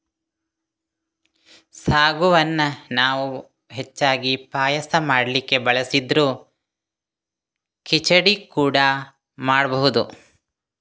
ಸಾಗುವನ್ನ ನಾವು ಹೆಚ್ಚಾಗಿ ಪಾಯಸ ಮಾಡ್ಲಿಕ್ಕೆ ಬಳಸಿದ್ರೂ ಖಿಚಡಿ ಕೂಡಾ ಮಾಡ್ಬಹುದು